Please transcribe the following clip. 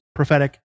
prophetic